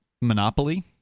monopoly